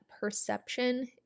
perception